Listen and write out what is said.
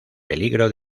peligro